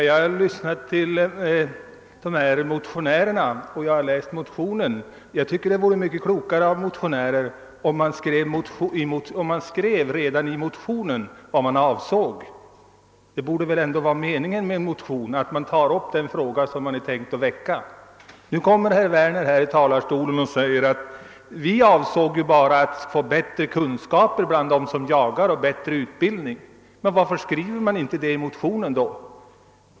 Herr talman! Jag har läst motionen och lyssnat på vad motionärerna här anfört. Det vore enligt min mening klokare om motionärerna redan i motionen skrev vad de avsåg — det är väl meningen med en motion. Nu säger herr Werner att »vi avsåg bara att få bättre utbildning och höja kunskapsnivån för den som jagar». Varför talar motionärerna då inte om detta i motionen?